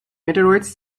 meteorites